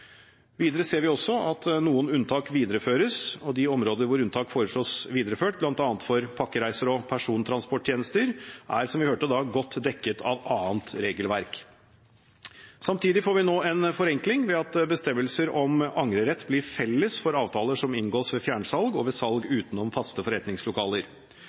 Videre ser vi også at noen unntak videreføres. De områder hvor unntak foreslås videreført, bl.a. for pakkereiser og persontransporttjenester er, som vi hørte, godt dekket av annet regelverk. Samtidig får vi nå en forenkling ved at bestemmelser om angrerett blir felles for avtaler som inngås ved fjernsalg og ved salg utenom faste forretningslokaler.